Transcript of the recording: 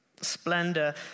Splendor